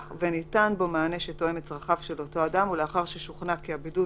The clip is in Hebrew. וניתן בו מענה שתואם את צרכיו של אותו אדם ולאחר ששוכנע כי הבידוד